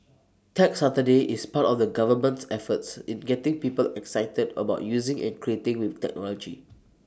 Tech Saturday is part of the government's efforts in getting people excited about using and creating with technology